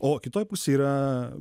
o kitoj pusėj yra